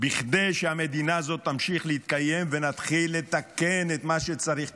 כדי שהמדינה הזאת תמשיך להתקיים ונתחיל לתקן את מה שצריך תיקון.